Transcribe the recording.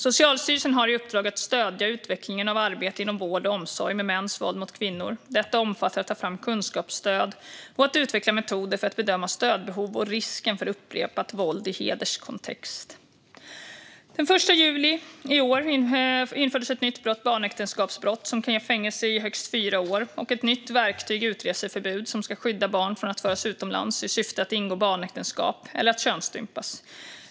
Socialstyrelsen har i uppdrag att stödja utvecklingen av arbete inom vård och omsorg med mäns våld mot kvinnor. Detta omfattar att ta fram kunskapsstöd och att utveckla metoder för att bedöma stödbehov och risken för upprepat våld i hederskontext. Den 1 juli i år infördes ett nytt brott, barnäktenskapsbrott, som kan ge fängelse i högst fyra år och ett nytt verktyg, utreseförbud, som ska skydda barn från att föras utomlands i syfte att barnäktenskap ska ingås eller att utföra könsstympning.